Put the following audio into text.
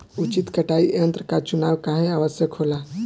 उचित कटाई यंत्र क चुनाव काहें आवश्यक होला?